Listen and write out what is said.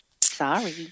Sorry